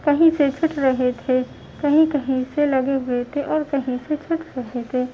کہیں سے چھٹ رہے تھے کہیں کہیں سے لگے ہوئے تھے اور کہیں سے چھٹ رہے تھے